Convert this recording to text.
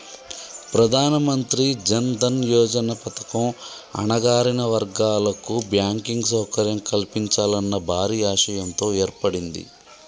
ప్రధానమంత్రి జన్ దన్ యోజన పథకం అణగారిన వర్గాల కు బ్యాంకింగ్ సౌకర్యం కల్పించాలన్న భారీ ఆశయంతో ఏర్పడింది